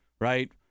right